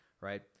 right